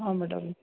ହଁ ମ୍ୟାଡାମ୍